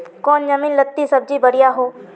कौन जमीन लत्ती सब्जी बढ़िया हों?